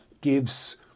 gives